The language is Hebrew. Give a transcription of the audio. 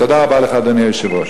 תודה רבה לך, אדוני היושב-ראש.